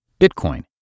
Bitcoin